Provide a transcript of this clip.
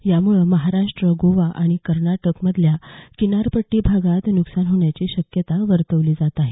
यामुळे महाराष्ट्र गोवा आणि कर्नाटकमधल्या किनारपट्टी भागात नुकसान होण्याची शक्यता वर्तवली जात आहे